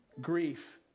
grief